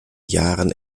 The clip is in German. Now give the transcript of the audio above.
jahren